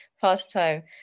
pastime